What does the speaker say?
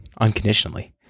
Unconditionally